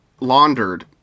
laundered